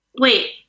Wait